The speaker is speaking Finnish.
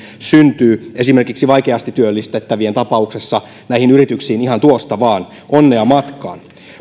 syntyy esimerkiksi vaikeasti työllistettävien tapauksessa näihin yrityksiin ihan tuosta vaan onnea matkaan